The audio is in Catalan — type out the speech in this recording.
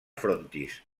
frontis